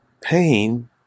pain